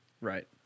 Right